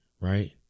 Right